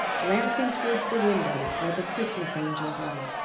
glancing towards the window where the christmas angel hung.